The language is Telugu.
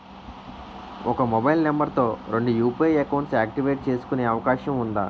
ఒక మొబైల్ నంబర్ తో రెండు యు.పి.ఐ అకౌంట్స్ యాక్టివేట్ చేసుకునే అవకాశం వుందా?